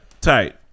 Tight